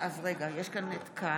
אתה הצבעת.